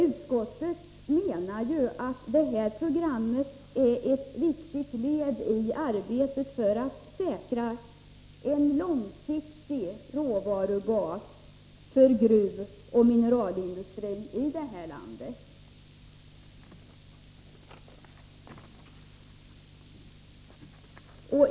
Utskottet menar att detta program är ett viktigt led i arbetet för att säkra en långsiktig råvarubas för gruvoch mineralindustrin här i landet.